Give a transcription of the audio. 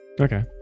okay